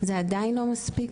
זה עדיין לא מספיק.